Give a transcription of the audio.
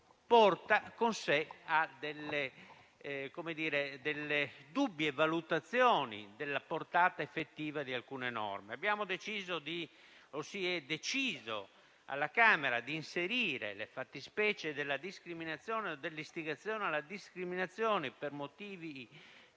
porta con sé delle dubbie valutazioni sulla portata effettiva di alcune norme. Si è deciso, alla Camera dei deputati, di inserire le fattispecie della discriminazione e dell'istigazione alla discriminazione per motivi